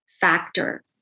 factor